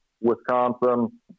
Wisconsin